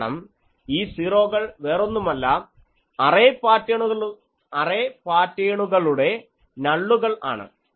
കാരണം ഈ സീറോകൾ വേറൊന്നുമല്ല അറേ പാറ്റേണുകളുടെ നള്ളുകൾ ആണ്